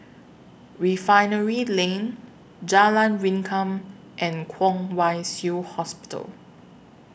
Refinery Lane Jalan Rengkam and Kwong Wai Shiu Hospital